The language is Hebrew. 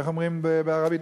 איך אומרים בערבית?